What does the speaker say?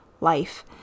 life